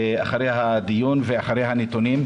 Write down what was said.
אחרי הדיון ואחרי הנתונים,